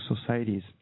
societies